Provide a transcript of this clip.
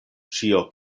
ĉio